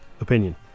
opinion